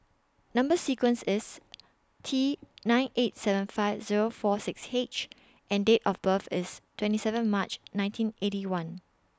Number sequence IS T nine eight seven five Zero four six H and Date of birth IS twenty seven March nineteen Eighty One